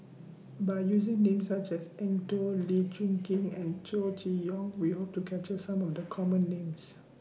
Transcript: By using Names such as Eng Tow Lee Choon Kee and Chow Chee Yong We Hope to capture Some of The Common Names